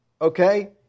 Okay